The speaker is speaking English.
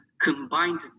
combined